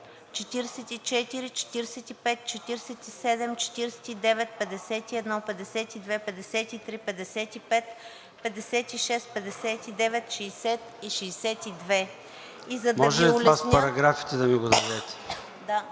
Може ли това с параграфите да ми го дадете?